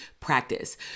practice